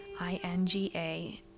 I-N-G-A